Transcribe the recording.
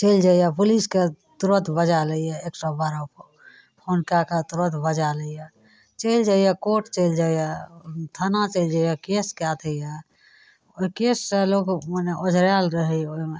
चलि जाइ यऽ पुलिसकेँ तुरन्त बजा लैए एक सओ बारहपर फोन कै के तुरन्त बजा लैए चलि जाइ यऽ कोर्ट चलि जाइ यऽ ओ थाना चलि जाइ यऽ केस कै दैए ओहि केससे लोक मने ओझराएल रहै यऽ ओहिमे